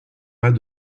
pas